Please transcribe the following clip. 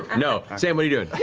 no. sam, what are you doing?